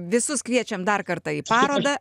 visus kviečiam dar kartą į parodą